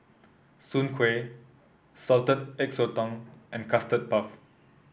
Soon Kway Salted Egg Sotong and Custard Puff